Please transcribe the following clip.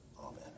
Amen